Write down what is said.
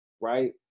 right